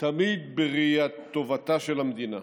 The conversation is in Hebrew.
תמיד בראיית טובתה של המדינה,